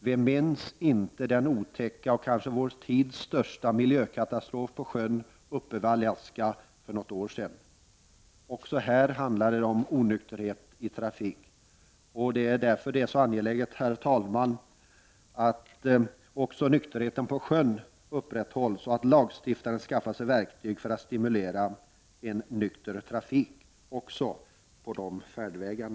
Vem minns inte den otäcka miljökatastrofen, kanske vår tids största, ute på sjön vid Alaska för något år sedan? Också där handlade det om onykterhet i trafik. Det är angeläget, herr talman, att nykterheten upprätthålls också på sjön och att lagstiftaren skaffar sig verktyg för att stimulera en nykter trafik också på våra vattenvägar.